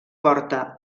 porta